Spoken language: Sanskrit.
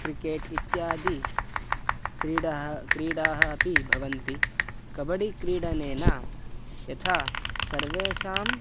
क्रिकेट् इत्यादि क्रीडाः क्रीडाः अपि भवन्ति कबडि क्रीडनेन यथा सर्वेषाम्